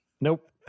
Nope